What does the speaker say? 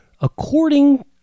According